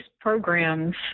programs